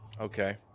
Okay